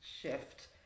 shift